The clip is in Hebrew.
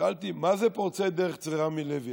שאלתי: מה זה פורצי דרך אצל רמי לוי?